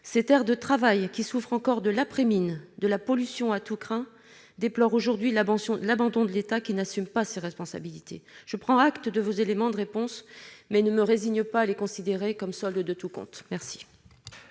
Ces terres de travail, qui souffrent encore de l'après-mine et de la pollution à tout crin, déplorent aujourd'hui l'abandon de l'État, qui n'assume pas ses responsabilités. Je prends acte de vos éléments de réponse, mais je ne me résigne pas à les accepter pour solde de tout compte. La